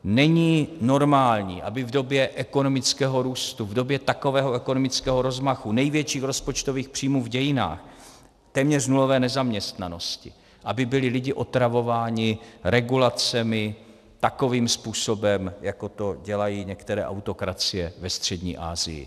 Není normální, aby v době ekonomického růstu, v době takového ekonomického rozmachu, největších rozpočtových příjmů v dějinách, téměř nulové nezaměstnanosti byli lidi otravováni regulacemi takovým způsobem, jako to dělají některé autokracie ve Střední Asii.